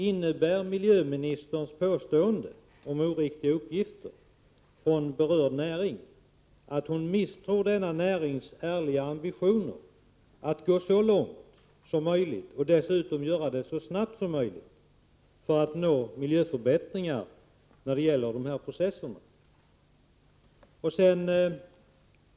Innebär miljöministerns påstående om oriktiga uppgifter från berörd näring att hon misstror denna närings ärliga ambitioner att gå så långt som möjligt och dessutom göra det så snabbt som möjligt för att uppnå miljöförbättringar i samband med de industriella processerna?